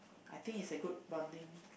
I think is a good bonding